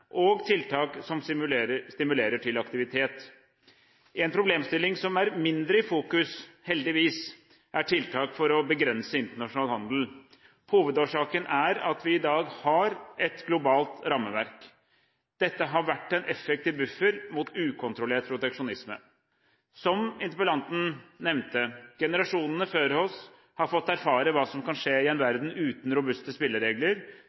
og tiltak som stimulerer til aktivitet. Én problemstilling som er mindre i fokus – heldigvis – er tiltak for å begrense internasjonal handel. Hovedårsaken er at vi i dag har et globalt rammeverk. Dette har vært en effektiv buffer mot ukontrollert proteksjonisme. Som interpellanten nevnte: Generasjonene før oss har fått erfare hva som kan skje i en verden uten robuste spilleregler,